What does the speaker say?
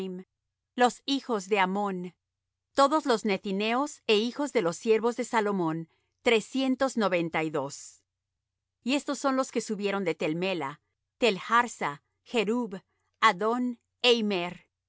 los hijos de amón todos los nethineos é hijos de los siervos de salomón trescientos noventa y dos y estos son los que subieron de tel melah tel harsa chrub addón é